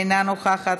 אינה נוכחת.